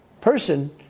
person